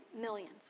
millions